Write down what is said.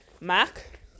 Mac